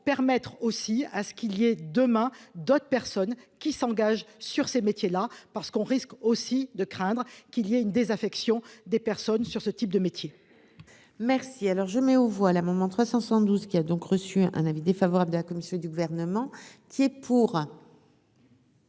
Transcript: permettre aussi à ce qu'il y ait demain d'autres personnes qui s'engage sur ces métiers-là parce qu'on risque aussi de craindre qu'il y a une désaffection des personnes sur ce type de métier. Merci, alors je mets aux voix l'amendement 372 qui a donc reçu un avis défavorable de la commission du gouvernement qui est pour.